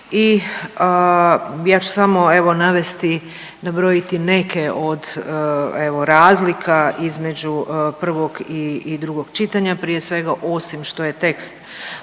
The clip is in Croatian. I ja ću samo evo navesti i nabrojiti neke od evo razlika između prvog i drugog čitanja, prije svega osim što je tekst